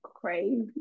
crazy